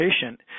patient